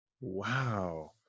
Wow